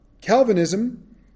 calvinism